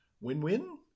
win-win